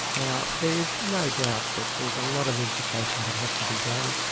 now there is no doubt that there's a lot of education that has to be done,